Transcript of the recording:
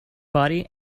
body